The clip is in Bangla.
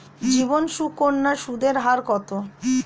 জীবন সুকন্যা সুদের হার কত?